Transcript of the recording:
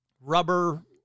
rubber